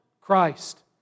Christ